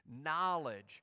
knowledge